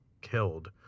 killed